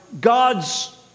God's